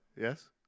Yes